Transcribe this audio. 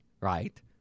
right